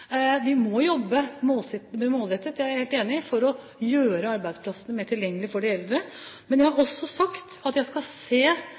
Vi må jobbe målrettet – det er jeg enig i – for å gjøre arbeidsplassen mer tilgjengelig for de eldre. Men jeg har